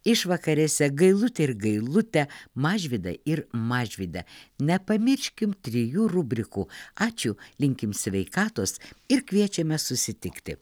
išvakarėse gailutį ir gailutę mažvydą ir mažvydę nepamirškim trijų rubrikų ačiū linkim sveikatos ir kviečiame susitikti